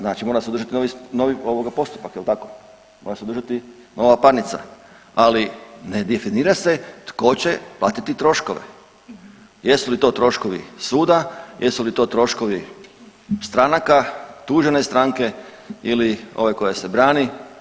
Znači mora se održati novi ovoga postupak, jel tako, mora se održati nova parnica, ali ne definira se tko će platiti troškove, jesu li to troškovi suda, jesu li to troškovi stranaka, tužene stranke ili ove koja se brani.